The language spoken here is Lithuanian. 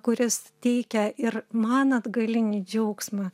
kuris teikia ir man atgalinį džiaugsmą